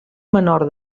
menor